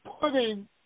Putting